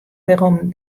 wêrom